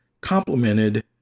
complemented